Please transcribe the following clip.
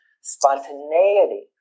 spontaneity